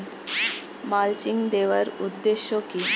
Mulching দেওয়ার উদ্দেশ্য কি?